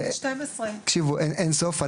אין סוף,